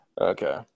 Okay